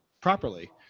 properly